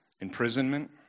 imprisonment